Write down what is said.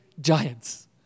Giants